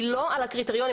היא לא על הקריטריונים.